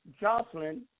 Jocelyn